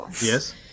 Yes